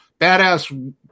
badass